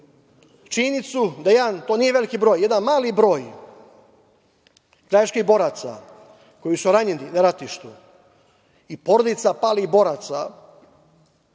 da jedan, to nije veliki broj, jedan mali broj krajiških boraca koji su ranjeni na ratištima i porodica palih boraca